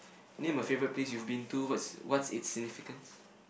name a favourite place you've been to what's what's it's significance